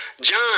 John